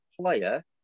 player